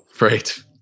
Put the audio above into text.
Right